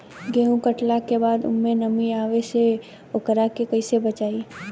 गेंहू कटला के बाद ओमे नमी आवे से ओकरा के कैसे बचाई?